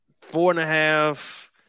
Four-and-a-half